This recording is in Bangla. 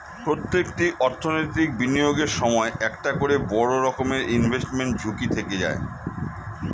প্রত্যেকটা অর্থনৈতিক বিনিয়োগের সময় একটা করে বড় রকমের ইনভেস্টমেন্ট ঝুঁকি থেকে যায়